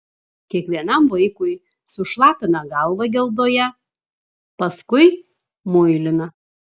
kiekvienam vaikui sušlapina galvą geldoje paskui muilina